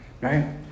right